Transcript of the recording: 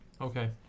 Okay